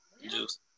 Juice